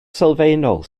sylfaenol